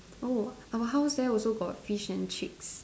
oh my house there also got fish and chicks